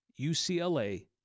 UCLA